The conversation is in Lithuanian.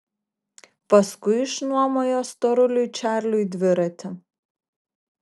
paskui išnuomojo storuliui čarliui dviratį